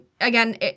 again